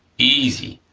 easy,